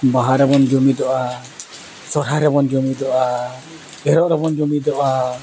ᱵᱟᱦᱟ ᱨᱮᱵᱚᱱ ᱡᱩᱢᱤᱫᱚᱜᱼᱟ ᱥᱚᱦᱚᱨᱟᱭ ᱨᱮᱵᱚᱱ ᱡᱩᱢᱤᱫᱚᱜᱼᱟ ᱮᱨᱚᱜ ᱨᱮᱵᱚᱱ ᱡᱩᱢᱤᱫᱚᱜᱼᱟ